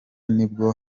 nibwo